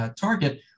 target